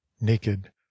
naked